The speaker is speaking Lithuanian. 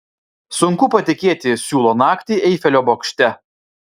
sunku patikėti siūlo naktį eifelio bokšte